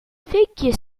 figure